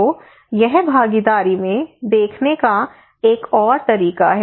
तो यह भागीदारी में देखने का एक और तरीका है